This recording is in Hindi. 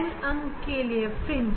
n अंक के fringe